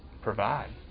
provide